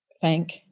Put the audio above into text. thank